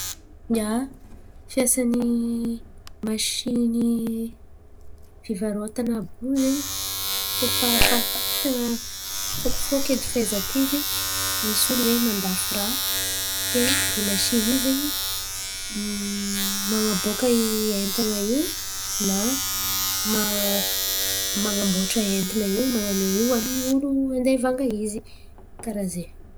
Ia, fiasany masiny fivarotana àby io zen̈y koa fariparitana fokifoky edy fahaizako izy. Misy olo zen̈y mandafo raha imasiny io man̈aboaka entana io na man̈aboatra entana io amin’ny olo andea hivanga izy karà ze.